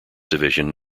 division